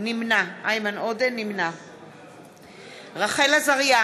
נמנע רחל עזריה,